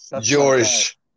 George